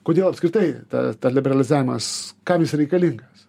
kodėl apskritai ta liberalizavimas kam jis reikalingas